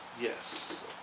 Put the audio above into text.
Yes